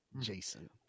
Jason